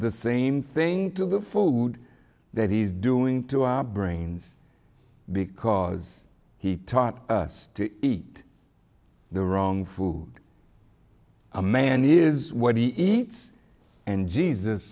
the same thing to the food that he's doing to our brains because he taught us to eat the wrong food a man is what he eats and jesus